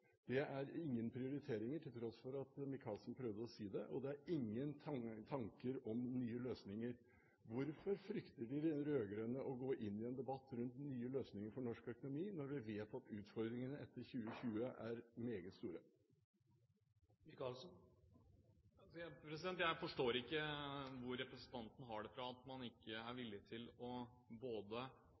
Det er ingen prioriteringer til tross for at Micaelsen prøvde å si det, og det er ingen tanker om nye løsninger. Hvorfor frykter de rød-grønne å gå inn i en debatt rundt nye løsninger for norsk økonomi når vi vet at utfordringene etter 2020 er meget store? Jeg forstår ikke hvor representanten har det fra at vi ikke er villig til både å